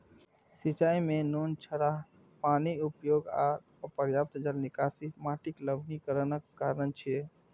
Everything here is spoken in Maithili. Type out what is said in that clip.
सिंचाइ मे नोनछराह पानिक उपयोग आ अपर्याप्त जल निकासी माटिक लवणीकरणक कारण छियै